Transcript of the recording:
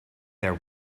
there